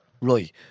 Right